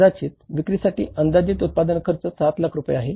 कदाचित विक्रीसाठी अंदाजित उत्पादन खर्च 7 लाख रुपये आहे